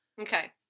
Okay